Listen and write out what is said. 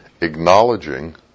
acknowledging